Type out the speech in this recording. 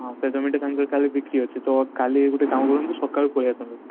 ହଁ ସେ ଜମିଟା ତାଙ୍କର କାଲି ବିକ୍ରି ଅଛି ତ କାଲି ଗୋଟେ କାମ କରନ୍ତୁ ସକାଳୁ ପଳାଇ ଆସନ୍ତୁ